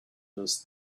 those